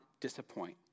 disappoint